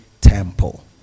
temple